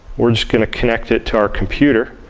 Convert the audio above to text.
we're just going to connect it to our computer.